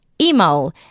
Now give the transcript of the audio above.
Email